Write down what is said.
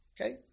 Okay